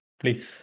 please